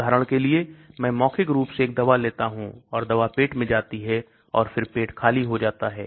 उदाहरण के लिए में मौखिक रूप से एक दवा लेता हूं और दवा पेट में जाती है और फिर पेट खाली हो जाता है